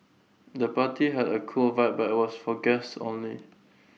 the party had A cool vibe but was for guests only